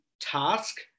task